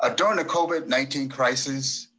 ah during the covid nineteen crisis,